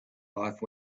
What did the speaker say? life